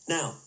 Now